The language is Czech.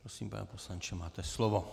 Prosím, pane poslanče, máte slovo.